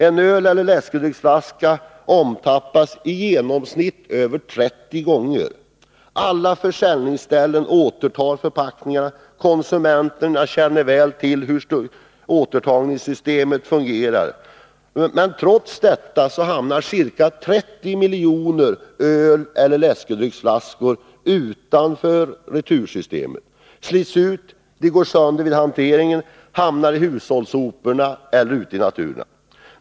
En öleller läskedrycksflaska omtappas i genomsnitt över 30 gånger. Alla försäljningsställen återtar förpackningarna, och konsumenten känner väl till hur återtagningssystemet fungerar. Men trots detta så hamnar ca 30 miljoner öleller läskedrycksflaskor utanför retursystemet, slits ut eller går sönder vid hantering, hamnar i hushållssopor eller ute i naturen.